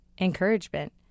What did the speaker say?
encouragement